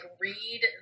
read